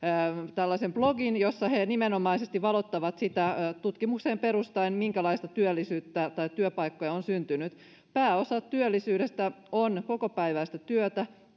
tällaisen blogin jossa he nimenomaisesti valottavat tutkimukseen perustaen sitä minkälaista työllisyyttä on syntynyt pääosa työllisyyden kasvusta on kokopäiväistä työtä